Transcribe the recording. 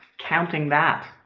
counting that.